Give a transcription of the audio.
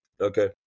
Okay